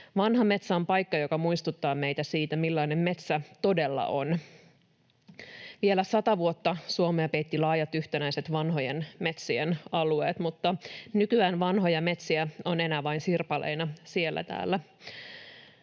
Vanha metsä on paikka, joka muistuttaa meitä siitä, millainen metsä todella on. Vielä sata vuotta sitten Suomea peittivät laajat yhtenäiset vanhojen metsien alueet, mutta nykyään vanhoja metsiä on enää vain sirpaleina siellä täällä.